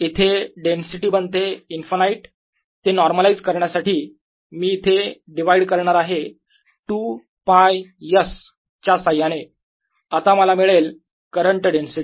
इथे डेन्सिटी बनते इंफानाईट ते नॉर्मलाईज करण्यासाठी मी इथे डिवाइड करणार आहे 2 π S च्या साह्याने आता मला मिळेल करंट डेन्सिटी